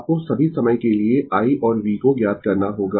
आपको सभी समय के लिए i और v को ज्ञात करना होगा